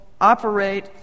operate